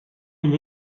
elle